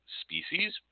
species